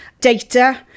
data